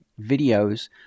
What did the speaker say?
videos